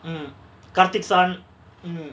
mm kaarthik son mm